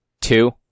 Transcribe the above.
two